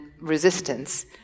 resistance